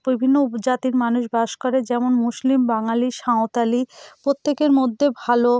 বিভিন্ন উপজাতির মানুষ বাস করে যেমন মুসলিম বাঙালি সাঁওতালি প্রত্যেকের মধ্যে ভালো